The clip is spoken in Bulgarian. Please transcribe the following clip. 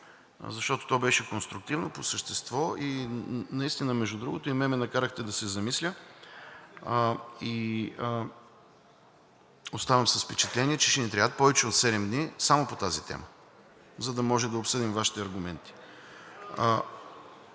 защото то беше конструктивно, по същество и наистина, между другото, и мен ме накарахте да се замисля, и оставам с впечатление, че ще ни трябват повече от седем дни само по тази тема, за да можем да обсъдим Вашите аргументи.